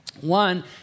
One